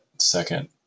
second